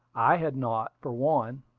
i had not, for one.